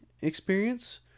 experience